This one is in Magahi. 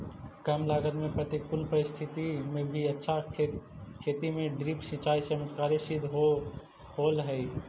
कम लागत में प्रतिकूल परिस्थिति में भी अच्छा खेती में ड्रिप सिंचाई चमत्कारी सिद्ध होल हइ